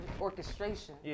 orchestration